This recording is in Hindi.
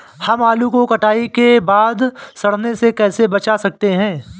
हम आलू को कटाई के बाद सड़ने से कैसे बचा सकते हैं?